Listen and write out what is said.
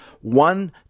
one